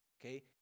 okay